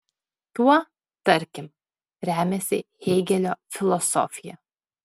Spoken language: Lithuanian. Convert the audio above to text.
tuo tarkim remiasi hėgelio filosofija